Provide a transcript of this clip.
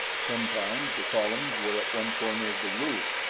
sometimes the columns were at one corner of the roof,